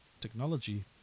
technology